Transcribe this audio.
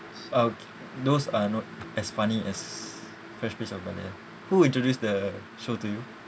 oh those are not as funny as fresh prince of bel-air who introduce the show to you